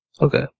Okay